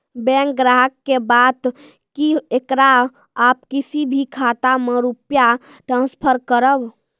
Bank ग्राहक के बात की येकरा आप किसी भी खाता मे रुपिया ट्रांसफर करबऽ?